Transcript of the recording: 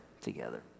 together